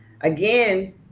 Again